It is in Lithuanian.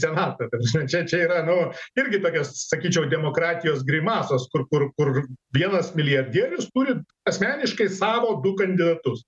senatą ta prasme čia čia yra nu irgi tokios sakyčiau demokratijos grimasos kur kur kur vienas milijardierius turi asmeniškai savo du kandidatus